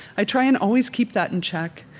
i try and always keep that in check.